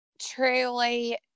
truly